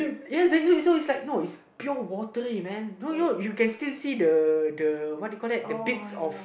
ya ya so it's like no it's pure watery man no no you can still see the the what you call that the bits of